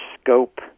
scope